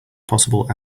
possible